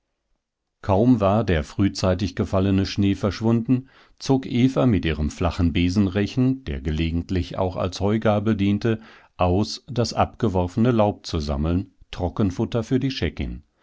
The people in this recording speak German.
kaum war der frühzeitig gefallene schnee verschwunden zog eva mit ihrem flachen besenrechen der gelegentlich auch als heugabel diente aus das abgeworfene laub zu sammeln trockenfutter für die